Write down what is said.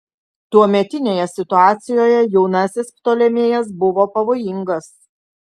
tuometinėje situacijoje jaunasis ptolemėjas buvo pavojingas